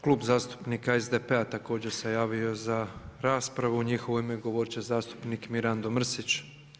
Klub zastupnika SDP-a također se javio za raspravu, u njihovo ime govoriti će zastupnik Mirando Mrsić.